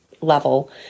level